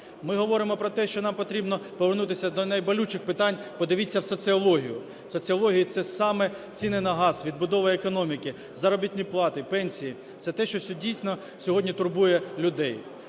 Ми говоримо про те, що нам потрібно повернутися до найболючіших питань. Подивіться в соціологію. Соціологія – це саме ціни на газ, відбудова економіки, заробітні плати, пенсії, це те, що дійсно сьогодні турбує людей.